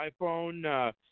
iPhone